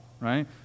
right